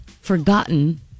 forgotten